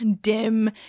dim